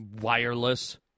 wireless